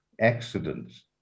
accidents